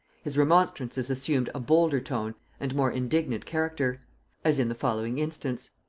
his remonstrances assumed a bolder tone and more indignant character as in the following instance.